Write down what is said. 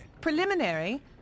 Preliminary